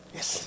Yes